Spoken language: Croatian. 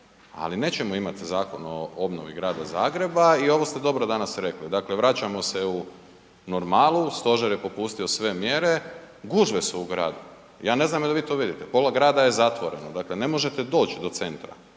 Ali, nećemo imati zakon o obnovi grada Zagreba i ovo ste dobro danas rekli, dakle vraćamo se u normalu, Stožer je popustio sve mjere, gužve su u gradu. Ja ne znam je li vi to vidite, pola grada je zatvoreno, dakle ne možete doći do centra.